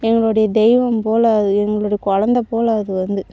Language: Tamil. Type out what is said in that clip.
எங்களுடைய தெய்வம் போல் அது எங்களுடைய குலந்த போல் அது வந்து